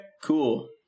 cool